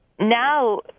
Now